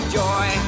joy